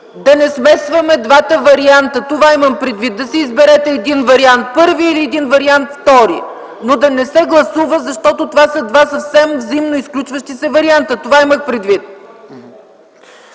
Да не смесваме двата варианта, това имам предвид. Да си изберете един вариант – първи или втори вариант, но да не се гласува, защото това са два съвсем взаимно изключващи се варианта. Това имах предвид.